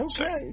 okay